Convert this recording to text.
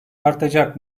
artacak